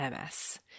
MS